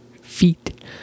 feet